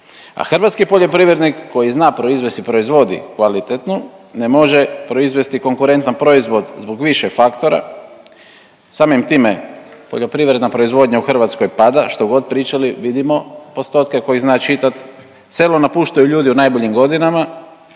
A hrvatski poljoprivrednik koji zna proizvesti i proizvodi kvalitetnu ne može proizvesti konkurentan proizvod zbog više faktora, samim time poljoprivredna proizvodanja u Hrvatskoj pada štogod pričali vidimo postotke tko ih zna čitat. Selo napuštaju ljudi u najboljim godinama,